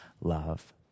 love